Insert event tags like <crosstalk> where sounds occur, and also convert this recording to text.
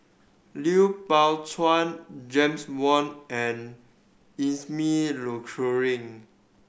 Lui Pao Chuen James Wong and <unintelligible> Luering